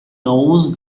those